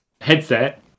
headset